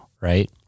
right